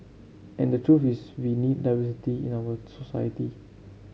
and the truth is we need diversity in our society